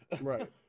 Right